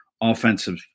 offensive